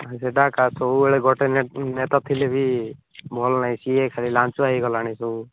ହଁ ସେଟା ଆକା ସବୁବେଳେ ଗୋଟେ ନେତା ଥିଲେ ବି ଭଲ ନାଇଁ ସିଏ ଖାଲି ଲାଞ୍ଚୁଆ ହୋଇଗଲାଣି ସବୁ